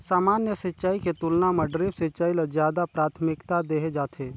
सामान्य सिंचाई के तुलना म ड्रिप सिंचाई ल ज्यादा प्राथमिकता देहे जाथे